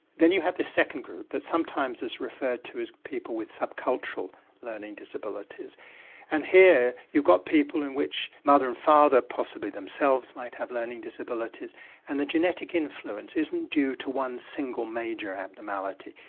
then you have the second group that sometimes is referred to as people with sub-cultural learning disabilities and here you've got people in which mother and father possibly themselves might have learning disabilities and the genetic influence isn't due to one single major abnormality.